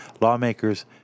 lawmakers